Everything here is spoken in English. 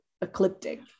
ecliptic